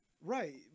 Right